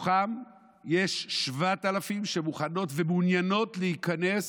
מתוכן יש 7,000 שמוכנות ומעוניינות להיכנס